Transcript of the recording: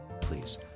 please